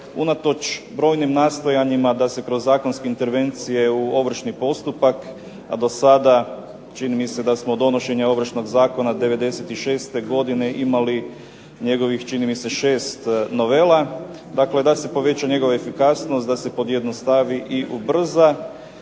unatoč brojnim nastojanjima da se kroz zakonske intervencije u ovršni postupak do sada čini mi se da smo od donošenja Ovršnog zakona '96. godine imali njegovih čini mi se 6 novela, dakle da se poveća njegova efikasnost, da se pojednostavi i ubrza,